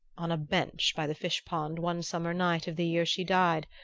on a bench by the fish-pond, one summer night of the year she died.